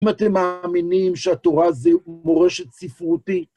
אם אתם מאמינים שהתורה הזו מורשת ספרותית?